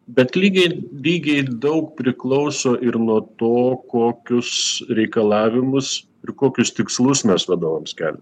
bet lygiai lygiai daug priklauso ir nuo to kokius reikalavimus ir kokius tikslus mes vadovams keliam